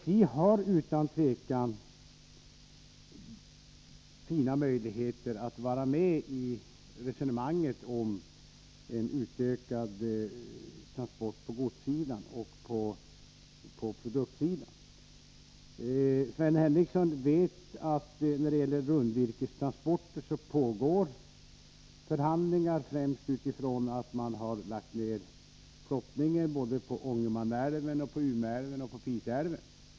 SJ har utan tvivel fina möjligheter att vara med i ett resonemang om utökade transporter på godssidan och produktsidan. Sven Henricsson vet att det när det gäller rundvirkestransporter pågår förhandlingar, främst utifrån det faktum att man har lagt ner flottningen på både Ångermanälven, Umeälven och Piteälven.